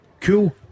Cool